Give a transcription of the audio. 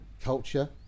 culture